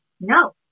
no